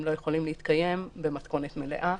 הם לא יכולים להתקיים במתכונת מלאה,